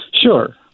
Sure